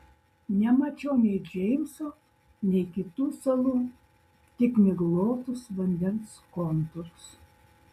nemačiau nei džeimso nei kitų salų tik miglotus vandens kontūrus